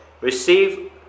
receive